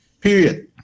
Period